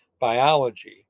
biology